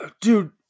Dude